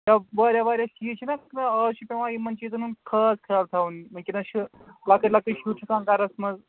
یا واریاہ واریاہ چیٖز چھِنہٕ گژھان آز چھِ پٮ۪وان یِمَن چیٖزَن ہُنٛد خاص خیال تھاوُن ؤنکیٚنَس چھِ لَکٕٹۍ لَکٕٹۍ شُرۍ چھِ آسان گَرَس منٛز